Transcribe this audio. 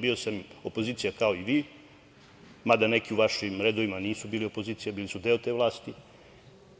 Bio sam opozicija kao i vi, mada neki u vašim redovima nisu bili opozicija, bili su deo te vlasti